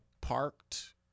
parked